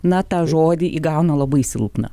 na tą žodį įgauna labai silpną